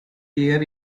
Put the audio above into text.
clear